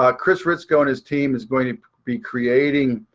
ah chris ritzko and his team is going to be creating